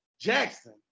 jackson